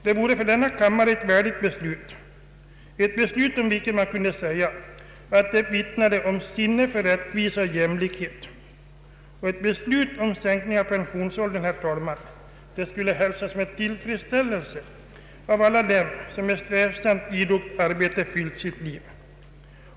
Det vore för denna kammare ett värdigt beslut, ett beslut om vilket man kunde säga att det vittnar om sinne för rättvisa och jämlikhet. Ett beslut om sänkning av pensionsåldern skulle, herr talman, hälsas med tillfredsställelse av alla dem som med strävsamt, idogt arbete fyllt sitt liv.